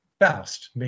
Faust